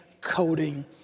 coding